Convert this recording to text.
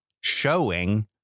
showing